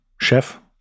chef